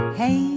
hey